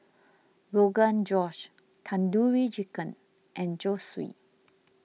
Rogan Josh Tandoori Chicken and Zosui